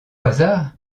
hasard